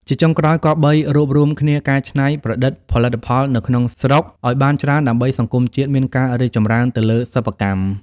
ជាចុងក្រោយគប្បីរួបរួមគ្នាកែច្នៃប្រឌិតផលិតផលនៅក្នុងស្រុកឲ្យបានច្រើនដើម្បីសង្គមជាតិមានការរីកច្រើនទៅលើសប្បិកម្ម។